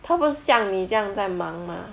她不像你这样在忙吗